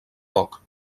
poc